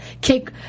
kick